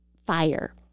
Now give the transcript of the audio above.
fire